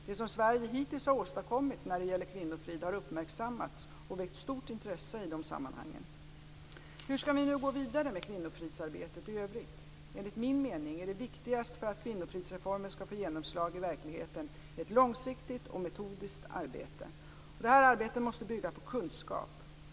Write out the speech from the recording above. Det som Sverige hittills har åstadkommit när det gäller kvinnofrid har uppmärksammats och väckt stort intresse i dessa sammanhang. Hur skall vi nu gå vidare med kvinnofridsarbetet i övrigt? Enligt min mening är det viktigaste för att kvinnofridsreformen skall få genomslag i verkligheten ett långsiktigt och metodiskt arbete. Detta arbete måste bygga på kunskap.